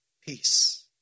peace